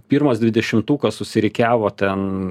pirmas dvidešimtukas susirikiavo ten